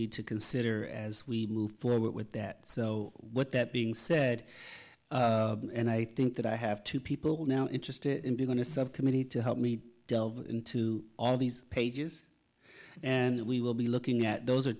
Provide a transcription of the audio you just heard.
need to consider as we move forward with that so what that being said and i think that i have two people now interested in going to subcommittee to help me delve into all these pages and we will be looking at those are